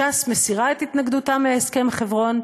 ש"ס מסירה את התנגדותה מהסכם חברון.